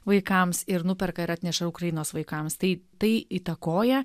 vaikams ir nuperka ir atneša ukrainos vaikams tai tai įtakoja